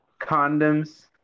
Condoms